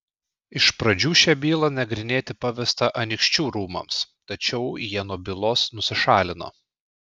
iš pradžių šią bylą nagrinėti pavesta anykščių rūmams tačiau jie nuo bylos nusišalino